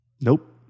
Nope